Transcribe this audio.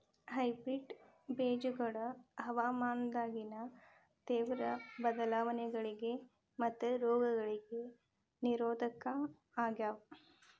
hybrid ಬೇಜಗೊಳ ಹವಾಮಾನದಾಗಿನ ತೇವ್ರ ಬದಲಾವಣೆಗಳಿಗ ಮತ್ತು ರೋಗಗಳಿಗ ನಿರೋಧಕ ಆಗ್ಯಾವ